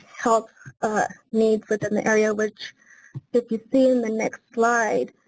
health ah needs within the area which you see in the next slide,